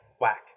whack